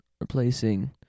replacing